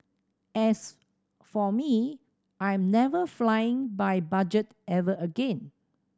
as for me I'm never flying by budget ever again